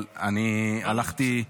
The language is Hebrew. אבל אני הלכתי --- בסדר.